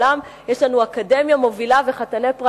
יש לנו אקדמיה מובילה וחתני פרס נובל,